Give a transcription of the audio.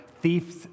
thieves